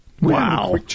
Wow